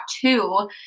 two